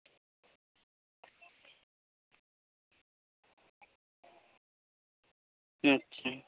ᱟᱪᱪᱷᱟ